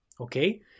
okay